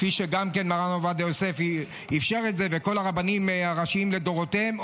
כפי שגם מרן עובדיה יוסף אפשר את זה וכל הרבנים הראשיים לדורותיהם,